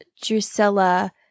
Drusilla